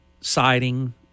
siding